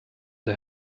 der